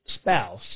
spouse